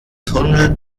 tunnel